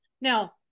Now